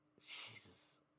Jesus